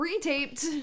Retaped